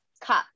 cup